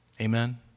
Amen